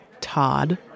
Todd